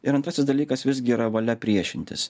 ir antrasis dalykas vis gera valia priešintis